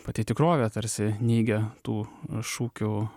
pati tikrovė tarsi neigia tų šūkių